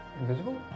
invisible